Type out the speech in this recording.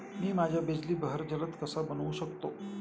मी माझ्या बिजली बहर जलद कसा बनवू शकतो?